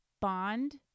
bond